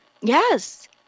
Yes